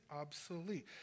obsolete